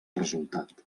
resultat